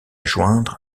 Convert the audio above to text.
joindre